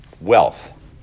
Wealth